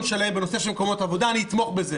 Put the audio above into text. שלם בנושא של מקומות עבודה אתמוך בזה,